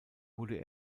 wurde